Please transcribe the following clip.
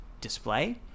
display